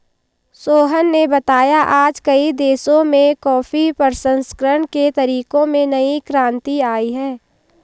सोहन ने बताया आज कई देशों में कॉफी प्रसंस्करण के तरीकों में नई क्रांति आई है